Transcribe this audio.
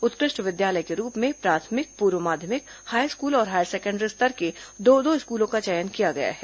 उत्कृष्ट विद्यालय के रूप में प्राथमिक पूर्व माध्यमिक हाईस्कूल और हायर सेकेण्डरी स्तर के दो दो स्कूलों का चयन किया गया है